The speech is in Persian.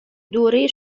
دوره